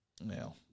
No